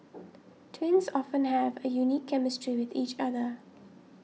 twins often have a unique chemistry with each other